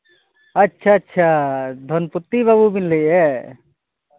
ᱟᱪᱪᱷᱟ ᱟᱪᱪᱷᱟ ᱫᱷᱚᱱᱯᱚᱛᱤ ᱵᱟᱹᱵᱩ ᱵᱤᱱ ᱞᱟᱹᱭᱮᱫᱼᱟ